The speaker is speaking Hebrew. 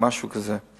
משהו כזה.